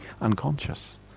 unconscious